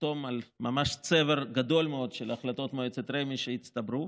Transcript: יחתום על צבר גדול מאוד של החלטות מועצת רמ"י שהצטברו.